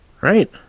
right